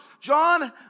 John